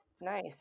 Nice